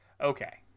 Okay